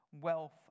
wealth